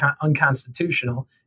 unconstitutional